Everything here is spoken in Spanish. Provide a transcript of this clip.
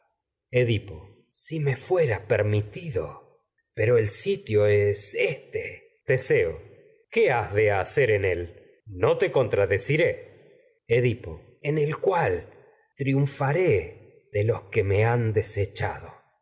si ine edipo fuera permitido pero el sitio es éste teseo qué has de hacer en él no te contrade ciré edipo en el cual triunfaré de los que me han